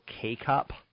K-cup